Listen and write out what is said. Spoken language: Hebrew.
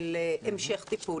של המשך טיפול.